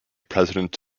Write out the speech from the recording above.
president